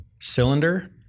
cylinder